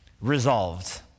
resolved